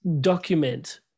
document